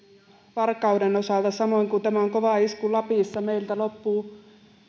varkauden osalta samoin kuin tämä on kova isku lapissa meiltä loppuu